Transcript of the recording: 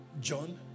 John